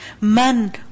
man